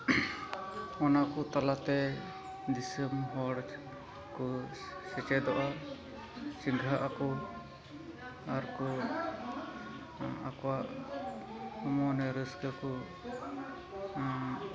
ᱚᱱᱟᱠᱚ ᱛᱟᱞᱟᱛᱮ ᱫᱤᱥᱚᱢ ᱦᱚᱲᱠᱚ ᱥᱮᱪᱮᱫᱚᱜᱼᱟ ᱪᱮᱸᱜᱷᱟᱼᱟᱠᱚ ᱟᱨ ᱠᱚ ᱟᱠᱚᱣᱟᱜ ᱢᱚᱱᱮ ᱨᱟᱹᱥᱠᱟᱹᱠᱚ